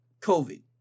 COVID